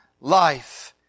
life